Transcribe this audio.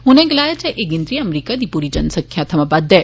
उनें गलाया जे एह् गिनतरी अमरीका दी पूरी जनसंख्या थवां बद्द ऐ